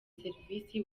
serivisi